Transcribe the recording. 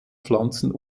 pflanzen